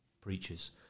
preachers